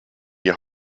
die